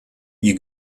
you